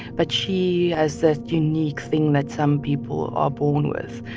but she has that unique thing that some people are born with.